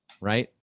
Right